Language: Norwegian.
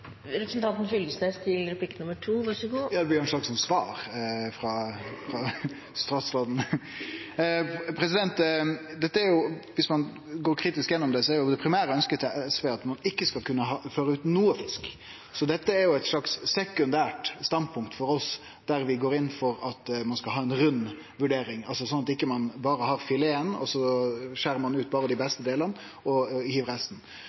svar frå statsråden. Viss ein går kritisk gjennom det, er det primære ønsket til SV at ein ikkje skal kunne utføre fisk i det heile. Så dette er eit slags sekundært standpunkt for oss, der vi går inn for at ein skal ha ei rund vurdering, altså slik at ein ikkje berre har fileten, skjer ut dei beste delane og hiver resten. Slik systemet er i dag, gjeld jo utførselssystemet per gong. Viss vi no kjem tilbake til det ordentlege forholdet mellom storting og